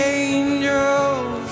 angels